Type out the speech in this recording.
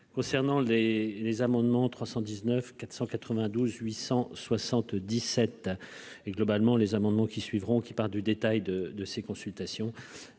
concernant les les amendements 319 492 877 et globalement les amendements qui suivront, qui part du détail de de ces consultations,